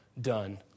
done